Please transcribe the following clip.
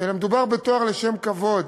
אלא מדובר בתואר לשם כבוד.